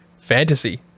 fantasy